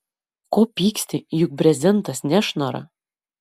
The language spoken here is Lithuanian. ko pyksti juk brezentas nešnara